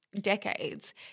decades